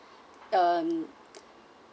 um